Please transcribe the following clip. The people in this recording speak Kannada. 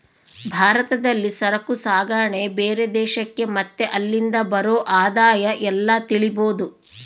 ಭಾರತದಲ್ಲಿ ಸರಕು ಸಾಗಣೆ ಬೇರೆ ದೇಶಕ್ಕೆ ಮತ್ತೆ ಅಲ್ಲಿಂದ ಬರೋ ಆದಾಯ ಎಲ್ಲ ತಿಳಿಬೋದು